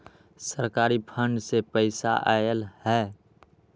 सरकारी फंड से पईसा आयल ह?